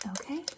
Okay